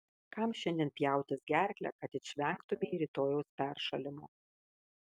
kam šiandien pjautis gerklę kad išvengtumei rytojaus peršalimo